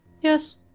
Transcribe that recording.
Yes